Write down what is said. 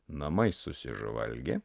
namai susižvalgė